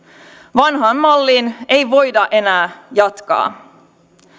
vanhaan malliin ei voida enää jatkaa